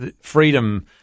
freedom –